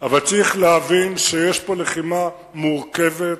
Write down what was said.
אבל צריך להבין שיש פה לחימה מורכבת,